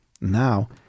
now